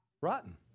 Rotten